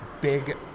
big